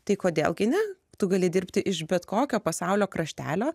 tai kodėl gi ne tu gali dirbti iš bet kokio pasaulio kraštelio